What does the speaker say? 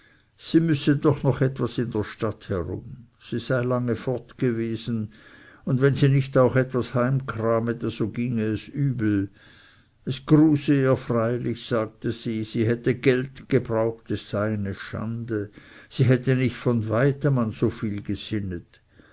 sie müsse doch noch etwas in der stadt herum sie sei lange fort gewesen und wenn sie nicht auch etwas heimkramete so ginge es übel es gruse ihr freilich sagte sie sie hätte geld gebraucht es sei eine schande sie hätte nicht von weitem an so viel gesinnet